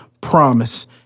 promise